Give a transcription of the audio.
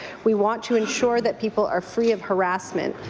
we want to ensure that people are free of harrassment.